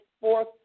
fourth